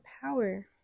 power